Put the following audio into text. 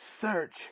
search